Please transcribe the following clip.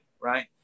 right